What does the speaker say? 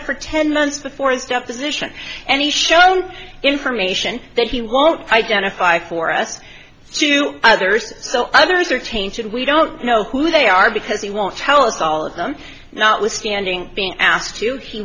it for ten months before his deposition and he's shown information that he won't identify for us to others so others are tainted we don't know who they are because he won't tell us all of them notwithstanding being asked to he